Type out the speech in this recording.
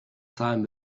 zahlen